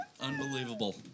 Unbelievable